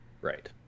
right